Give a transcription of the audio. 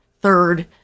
third